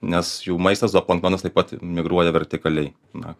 nes jų maistas zooplanktonas taip pat migruoja vertikaliai na